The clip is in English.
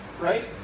Right